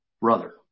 brother